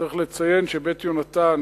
שב"בית יהונתן"